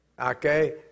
Okay